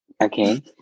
Okay